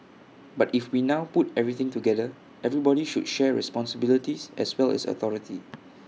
but if we now put everything together everybody should share responsibilities as well as authority